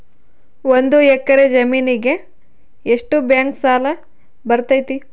ಒಂದು ಎಕರೆ ಜಮೇನಿಗೆ ಎಷ್ಟು ಬ್ಯಾಂಕ್ ಸಾಲ ಬರ್ತೈತೆ?